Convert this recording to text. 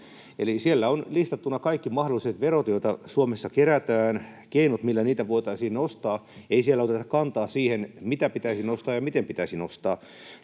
eli siellä on listattuna kaikki mahdolliset verot, joita Suomessa kerätään, keinot, millä niitä voitaisiin nostaa. Ei siellä oteta kantaa siihen, mitä pitäisi nostaa ja miten pitäisi nostaa.